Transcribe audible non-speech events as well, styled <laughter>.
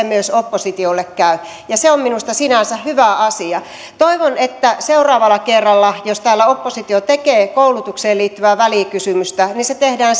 <unintelligible> myös oppositiolle se on minusta sinänsä hyvä asia toivon että seuraavalla kerralla jos täällä oppositio tekee koulutukseen liittyvää välikysymystä se tehdään <unintelligible>